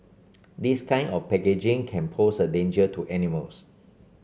this kind of packaging can pose a danger to animals